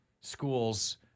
schools